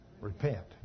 Repent